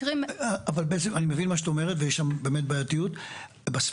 אני מבין מה שאת אומרת ויש שם באמת בעייתיות בספירה.